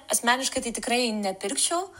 asmeniškai tai tikrai nepirkčiau